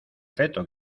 feto